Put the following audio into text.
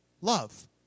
love